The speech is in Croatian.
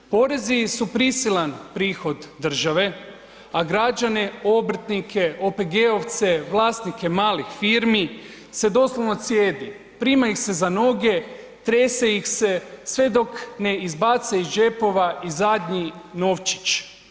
Porezi su prisilan prihod države, a građane, obrtnike, OPG-ovce, vlasnike malih firmi se doslovno cijedi, prima ih se za noge, trese ih se sve dok ne izbace iz džepova i zadnji novčić.